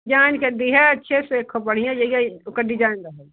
जान के दें हैं अच्छे से ख़ूब बढ़िया जगह उसका डिजाइन रहे